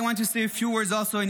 I want to say a few words also in